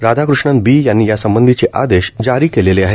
Radhakrishnan B यांनी या संबंधीचे आदेश जारी केले आहे